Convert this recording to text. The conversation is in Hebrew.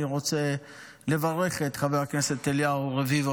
אני רוצה לברך את חבר הכנסת אליהו רביבו